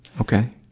okay